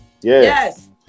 Yes